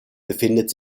befindet